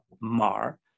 mar